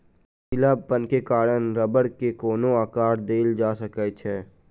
लचीलापन के कारण रबड़ के कोनो आकर देल जा सकै छै